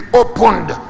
opened